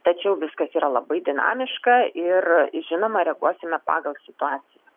tačiau viskas yra labai dinamiška ir žinoma reaguosime pagal situaciją